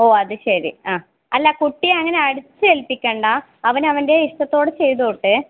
ഓ അത് ശരി ആ അല്ല കുട്ടി അങ്ങനെ അടിച്ചേൽപ്പിക്കണ്ട അവനവൻ്റെ ഇഷ്ടത്തോടെ ചെയ്തോട്ടെ